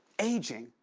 aging.